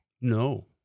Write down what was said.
No